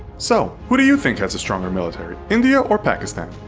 so, who do you think has a stronger military? india or pakistan?